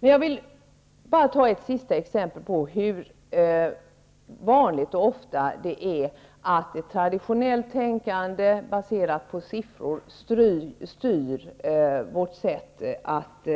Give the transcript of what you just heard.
Jag vill bara ta ett sista exempel på hur vanligt det är att traditionellt tänkande baserat på siffror styr vårt sätt att